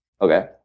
Okay